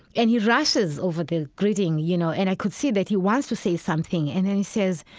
and he rushes over the greeting, you know. and i could see that he wants to say something. and then he says,